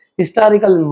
historical